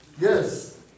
Yes